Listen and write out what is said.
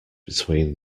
between